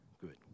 good